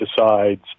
decides